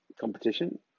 competition